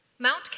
Mount